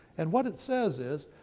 and what it says is,